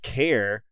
care